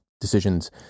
decisions